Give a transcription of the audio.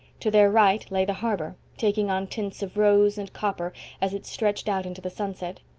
to their right lay the harbor, taking on tints of rose and copper as it stretched out into the sunset.